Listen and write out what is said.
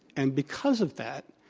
and because of that,